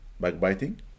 Backbiting